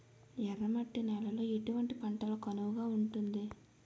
ఎర్ర మట్టి నేలలో ఎటువంటి పంటలకు అనువుగా ఉంటుంది?